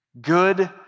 Good